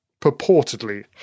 purportedly